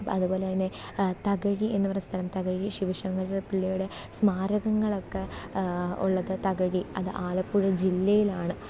അതുപോലെതന്നെ തകഴി എന്നു പറയുന്ന സ്ഥലം തകഴി ശിവശങ്കരപിള്ളയുടെ സ്മാരകങ്ങളൊക്കെ ഉള്ളത് തകഴി അത് ആലപ്പുഴ ജില്ലയിലാണ്